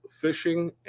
Fishing